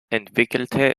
entwickelte